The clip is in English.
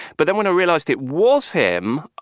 but then when i realized it was him,